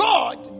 God